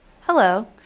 Hello